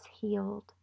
healed